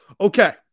Okay